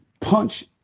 punch